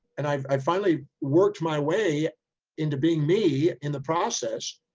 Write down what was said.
and i, i finally worked my way into being me in the process,